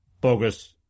bogus